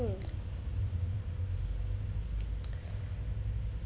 mm